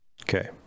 okay